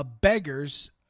beggars